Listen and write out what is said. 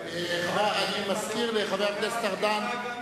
אני מזכיר לחבר הכנסת ארדן,